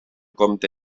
compte